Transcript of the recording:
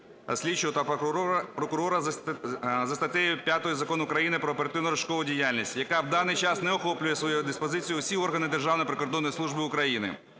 слідчого та прокурора за статтею 5 Закону України "Про оперативно-розшукову діяльність", яка в даний час не охоплює своєю диспозицією всі органи Державної прикордонної служби України.